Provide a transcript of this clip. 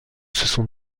sont